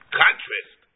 contrast